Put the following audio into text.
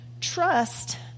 Trust